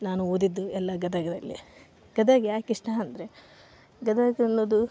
ನಾನು ಓದಿದ್ದು ಎಲ್ಲ ಗದಗದಲ್ಲೇ ಗದಗ ಯಾಕೆ ಇಷ್ಟ ಅಂದರೆ ಗದಗ ಅನ್ನೋದು